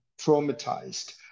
traumatized